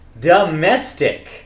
domestic